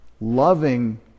loving